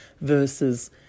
versus